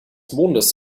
mondes